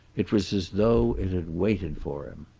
it was as though it had waited for him.